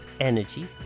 energy